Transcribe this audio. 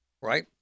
right